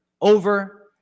over